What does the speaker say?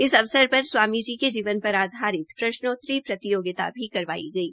इस अवसर पर स्वामी जी के जीवन पर आधारित प्रश्नोतरी प्रतियोगिता भी करवाई गई